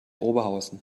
oberhausen